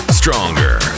stronger